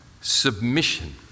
submission